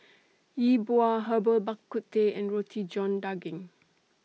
Yi Bua Herbal Bak Ku Teh and Roti John Daging